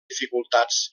dificultats